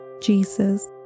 Jesus